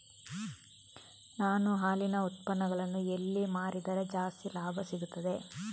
ನಾನು ಹಾಲಿನ ಉತ್ಪನ್ನಗಳನ್ನು ಎಲ್ಲಿ ಮಾರಿದರೆ ಜಾಸ್ತಿ ಲಾಭ ಸಿಗುತ್ತದೆ?